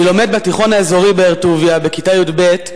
אני לומד בתיכון האזורי באר-טוביה בכיתה י"ב,